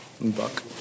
Buck